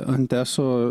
ant eso